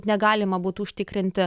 negalima būtų užtikrinti